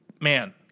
man